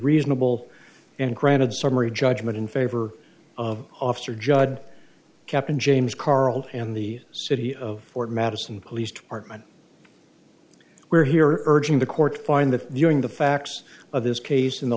reasonable and granted summary judgment in favor of officer judd captain james carle and the city of fort madison police department we're here urging the court find that the young the facts of this case in the